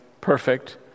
perfect